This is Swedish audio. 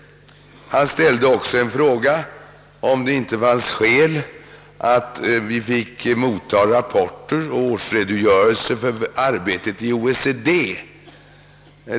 Herr Gustafson frågade vidare, om det inte fanns skäl att ordna så att riksdagen får rapporter och årsredogörelser för arbetet i OECD.